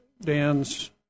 Dan's